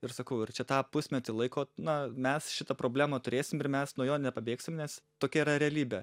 ir sakau ir čia tą pusmetį laiko na mes šitą problemą turėsim ir mes nuo jo nepabėgsim nes tokia yra realybė